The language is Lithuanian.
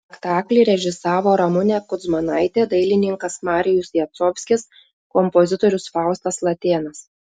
spektaklį režisavo ramunė kudzmanaitė dailininkas marijus jacovskis kompozitorius faustas latėnas